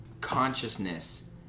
consciousness